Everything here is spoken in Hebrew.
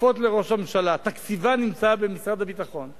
שכפופות לראש הממשלה, תקציבן נמצא במשרד הביטחון.